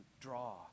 draw